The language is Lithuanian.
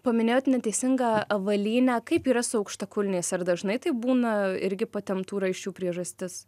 paminėjot neteisingą avalynę kaip yra su aukštakulniais ar dažnai tai būna irgi patemptų raiščių priežastis